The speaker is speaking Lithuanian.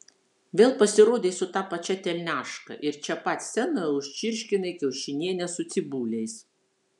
vėl pasirodei su ta pačia telniaška ir čia pat scenoje užčirškinai kiaušinienę su cibuliais